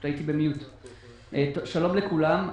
שלום לכולם.